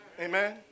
Amen